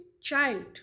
child